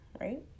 right